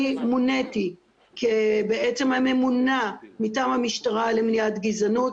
מוניתי כממונה מטעם המשטרה למניעת גזענות,